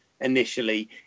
initially